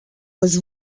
was